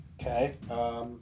Okay